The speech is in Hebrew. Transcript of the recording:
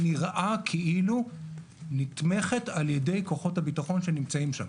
נראה כאילו היא נתמכת על ידי כוחות הביטחון שנמצאים שם,